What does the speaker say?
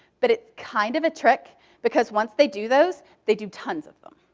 but it's kind of a trick because once they do those, they do tons of them.